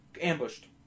ambushed